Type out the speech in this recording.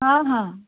ହଁ ହଁ